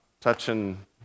touching